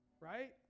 Right